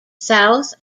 south